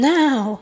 now